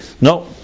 no